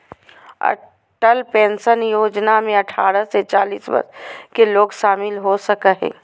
Atal pension योजना में अठारह से चालीस वर्ष के लोग शामिल हो सको हइ